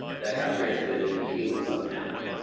that got transmitted into humans somehow.